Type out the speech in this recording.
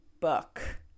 book